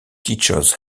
teachers